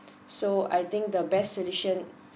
so I think the best solution